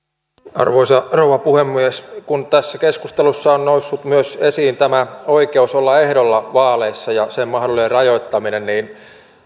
arvoisa rouva puhemies kun tässä keskustelussa on noussut esiin myös oikeus olla ehdolla vaaleissa ja sen mahdollinen rajoittaminen niin